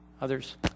Others